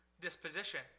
disposition